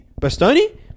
Bastoni